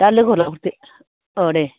दा लोगो लाहरदो औ दे